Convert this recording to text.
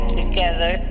together